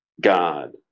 God